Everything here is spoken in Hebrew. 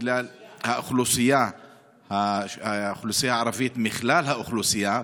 כלל האוכלוסייה הערבית בכלל האוכלוסייה,